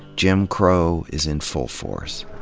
jim crow is in full force.